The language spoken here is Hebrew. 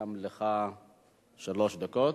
גם לך שלוש דקות.